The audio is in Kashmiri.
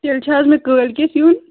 تیٚلہِ چھِ حظ مےٚ کٲلۍ کٮ۪تھ یُن